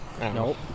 Nope